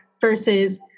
versus